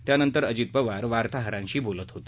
त्यानंतर अजित पवार वार्ताहरांशी बोलत होते